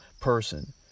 person